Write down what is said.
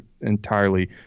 entirely